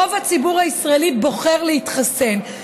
רוב הציבור הישראלי בוחר להתחסן.